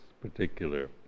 particular